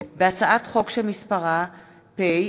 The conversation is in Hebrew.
הצעת חוק חינוך ממלכתי (תיקון,